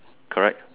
correct